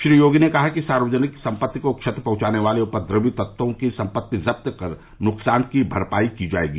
श्री योगी ने कहा कि सार्वजनिक संपत्ति को क्षति पहुंचाने वाले उपद्रवी तत्वों की संपत्ति जब्त कर नुकसान की भरपाई की जाएगी